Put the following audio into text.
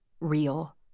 real